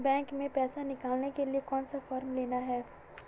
Bank में पैसा निकालने के लिए कौन सा फॉर्म लेना है?